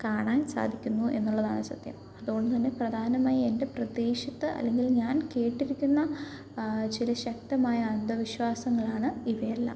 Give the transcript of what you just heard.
കാണാൻ സാധിക്കുന്നു എന്നുള്ളതാണ് സത്യം അതുകൊണ്ട് തന്നെ പ്രധാനമായി എൻ്റെ പ്രദേശത്ത് അല്ലെങ്കിൽ ഞാൻ കേട്ടിരിക്കുന്ന ചില ശക്തമായ അന്ധവിശ്വാസങ്ങളാണ് ഇവയെല്ലാം